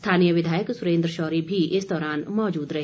स्थानीय विधायक सुरेन्द्र शौरी भी इस दौरान मौजूद रहे